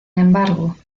embargo